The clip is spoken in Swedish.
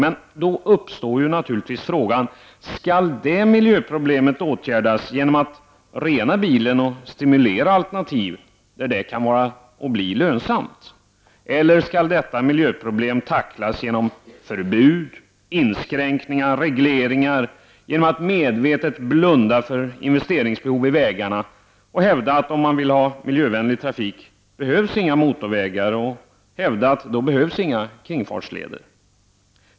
Men då uppstår naturligtvis frågan: Skall detta miljöproblem åtgärdas genom att man renar bilen och stimulerar till alternativ där det kan vara och bli lönsamt? Eller skall detta miljöproblem tacklas genom förbud, inskränkningar, regleringar, genom att man medvetet blundar för investeringsbehov i vägarna och hävdar, att för miljövänlig trafik behövs inga motorvägar och inga kringfartsleder?